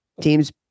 teams